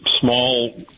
small